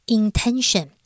,intention